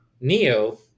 Neo